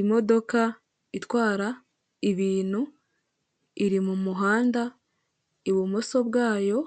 Imodoka itwara ibintu iri mu muhanda ibumoso bwayo